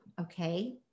okay